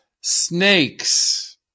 Snakes